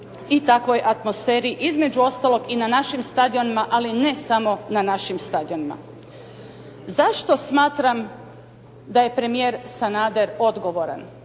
i takvoj atmosferi, između ostalog i na našim stadionima, ali ne samo na našim stadionima. Zašto smatram da je premijer Sanader odgovoran?